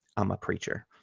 i'm a preacher.